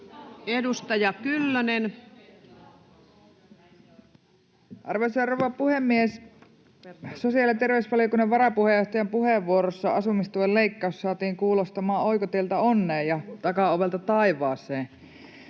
18:46 Content: Arvoisa rouva puhemies! Sosiaali- ja terveysvaliokunnan varapuheenjohtajan puheenvuorossa asumistuen leikkaus saatiin kuulostamaan oikoteiltä onneen ja takaovelta taivaaseen.